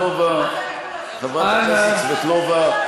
מה זה הבלבול הזה?